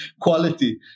quality